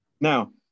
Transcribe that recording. Now